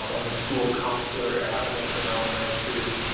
um am a school counselor at lincoln elementary,